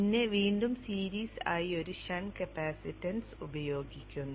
പിന്നെ വീണ്ടും സീരീസ് ആയി ഒരു ഷണ്ട് കപ്പാസിറ്റൻസ് ഉപയോഗിക്കുന്നു